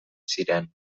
ziren